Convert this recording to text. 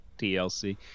tlc